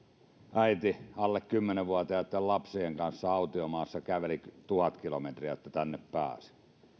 äiti alle kymmenen vuotiaitten lapsien kanssa autiomaassa käveli tuhat kilometriä jotta tänne pääsi